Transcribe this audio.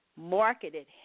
marketed